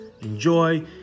enjoy